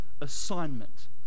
assignment